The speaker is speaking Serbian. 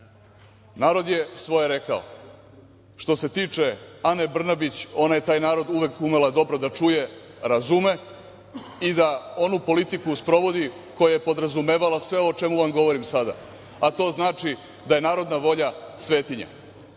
Narod je svoje rekao. Što se tiče Ane Brnabić, ona je taj narod uvek umela dobro da čuje, razume i da onu politiku sprovodi koja je podrazumeva sve ovo o čemu vam govorim sada, a to znači da je narodna volja svetinja.